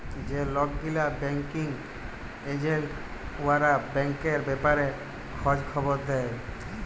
যে লক গিলা ব্যাংকিং এজেল্ট উয়ারা ব্যাংকের ব্যাপারে খঁজ খবর দেই